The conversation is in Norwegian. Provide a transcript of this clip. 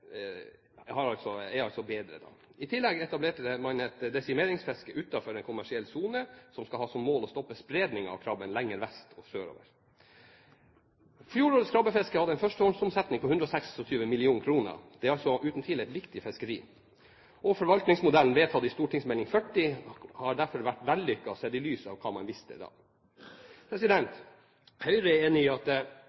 er altså bedre. I tillegg etablerte man et desimeringsfiske utenfor den kommersielle sonen som skal ha som mål å stoppe spredningen av krabben lenger vest og sørover. Fjorårets krabbefiske hadde en førstehåndsomsetning på 126 mill. kr. Det er uten tvil et viktig fiskeri. Forvaltningsmodellen, vedtatt i forbindelse med St.meld. nr. 40 for 2006–2007, har derfor vært vellykket sett i lys av hva man visste da.